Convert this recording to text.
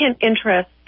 interest